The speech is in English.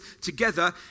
together